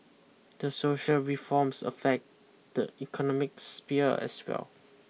these social reforms affect the economic sphere as well